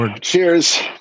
cheers